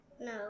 No